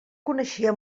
coneixia